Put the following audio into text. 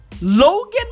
Logan